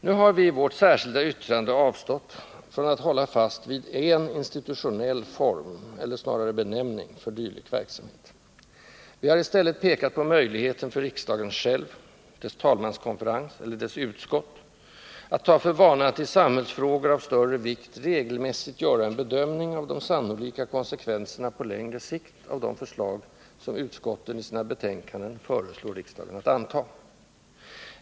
Nu har vi i vårt särskilda yttrande avstått från att hålla fast vid en institutionell form — eller snarare benämning — för dylik verksamhet. Vi har i stället pekat på möjligheten för riksdagen själv, dess talmanskonferens eller dess utskott att ta för vana att i samhällsfrågor av större vikt regelmässigt göra en bedömning av de sannolika konsekvenserna på längre sikt av de förslag som utskotten i sina betänkanden föreslår riksdagen att anta.